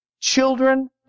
Children